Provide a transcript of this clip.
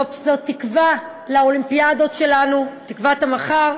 זו תקווה לאולימפיאדות שלנו, תקוות המחר,